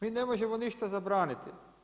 Mi ne možemo ništa zabraniti.